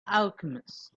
alchemists